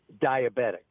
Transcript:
diabetic